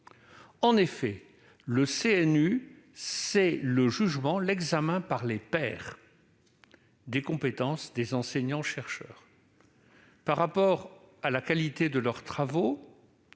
l'université. Le CNU représente l'examen par les pairs des compétences des enseignants-chercheurs par rapport à la qualité de leurs travaux,